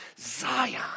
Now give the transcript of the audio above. Zion